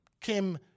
Kim